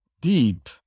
deep